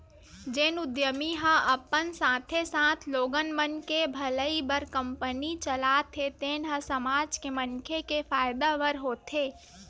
जेन उद्यमी ह अपन साथे साथे लोगन मन के भलई बर कंपनी चलाथे तेन ह समाज के मनखे के फायदा बर होथे